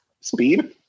Speed